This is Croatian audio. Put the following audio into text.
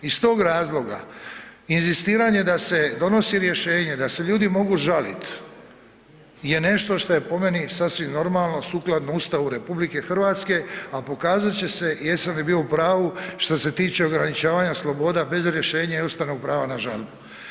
Iz tog razloga, inzistiranje da se donosi rješenje, da se ljudi mogu žalit je nešto što je po meni sasvim normalno, sukladno Ustavu RH a pokazat će se jesam li bio u pravu što se tiče ograničavanja sloboda bez rješenja i ustavnog prava na žalbu.